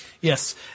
Yes